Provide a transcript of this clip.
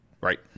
Right